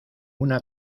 una